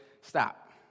stop